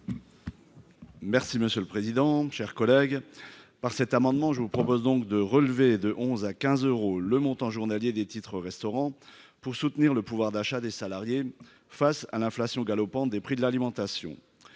Merci monsieur le président, chers collègues, par cet amendement, je vous propose donc de relever de 11 à 15 euros le montant journalier des titres restaurant pour soutenir le pouvoir d'achat des salariés face à l'inflation galopante des prix de l'alimentation